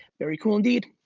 very cool indeed.